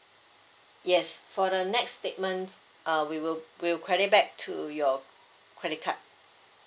yes for the next statements uh we will we will credit back to your credit card